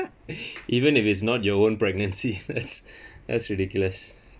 even if it's not your own pregnancy that's that's ridiculous